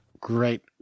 great